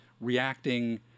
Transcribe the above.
reacting